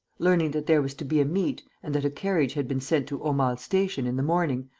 learning that there was to be a meet and that a carriage had been sent to aumale station in the morning,